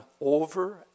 over